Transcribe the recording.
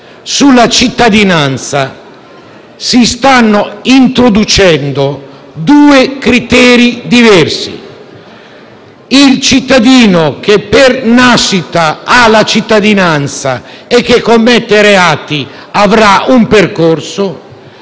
sulla cittadinanza si stanno introducendo due criteri diversi: il cittadino che per nascita ha la cittadinanza e che commette reati avrà un percorso;